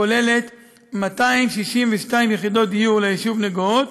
הכוללת 262 יחידות דיור ליישוב נגוהות,